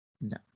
No